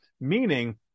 Meaning